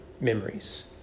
memories